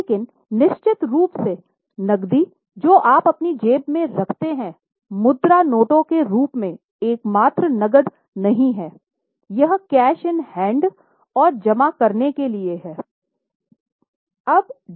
लेकिन निश्चित रूप से नक़दी जो आप अपनी जेब में रखते हैं मुद्रा नोटों के रूप में एकमात्र नकद नहीं है यह कैश इन हैंड और जमा करने के लिए है